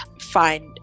find